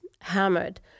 hammered